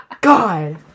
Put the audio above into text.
God